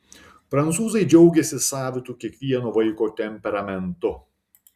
prancūzai džiaugiasi savitu kiekvieno vaiko temperamentu